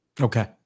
Okay